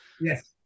Yes